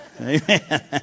Amen